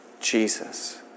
Jesus